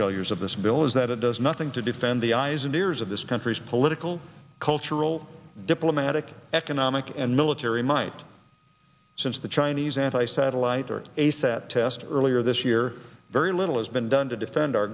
failures of this bill is that it does nothing to defend the eyes and ears of this country's political cultural diplomatic economic and military might since the chinese anti satellite or a sat test earlier this year very little has been done to